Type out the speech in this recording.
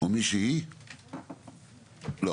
אני לא